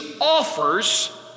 offers